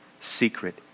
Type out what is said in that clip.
secret